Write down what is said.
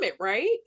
right